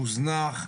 מוזנח,